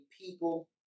People